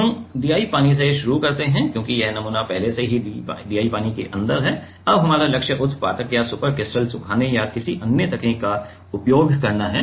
हम DI पानी से शुरू करते हैं क्योंकि यह नमूना पहले से ही DI पानी के अंदर था अब हमारा लक्ष्य ऊध्र्वपातक या सुपर क्रिटिकल सुखाने या किसी अन्य तकनीक का उपयोग करना है